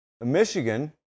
Michigan